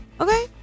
Okay